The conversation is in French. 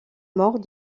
mort